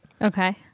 Okay